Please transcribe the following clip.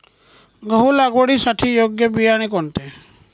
गहू लागवडीसाठी योग्य बियाणे कोणते?